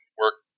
work